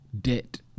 debt